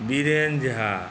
Biren Jha